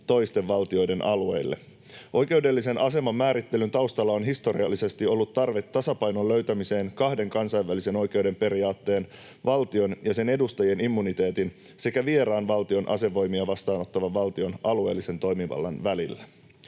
toisten valtioiden alueille. Oikeudellisen aseman määrittelyn taustalla on historiallisesti ollut tarve tasapainon löytämiseen kahden kansainvälisen oikeuden periaatteen, valtion ja sen edustajien immuniteetin sekä vieraan valtion asevoimia vastaanottavan valtion alueellisen toimivallan, välillä.